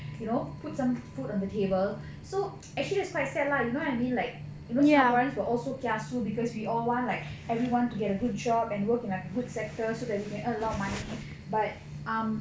you know put some food on the table so actually that's quite sad lah you know what I mean like you know singaporeans were so kiasu because we all want like everyone to get a good job and work in like good sectors so that we can earn a lot of money but um